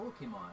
Pokemon